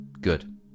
good